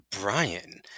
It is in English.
brian